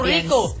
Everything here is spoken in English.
Rico